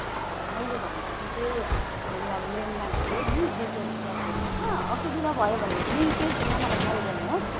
ल मैले भनेको जुन चाहिँ मैले अब ल्यान्डमार्क दिएँ नि त्यो चाहिँ अलिक याद गर्नुहोस् ल असुविधा भयो भने पनि केही छैन मलाई कल गर्नुहोस्